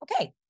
okay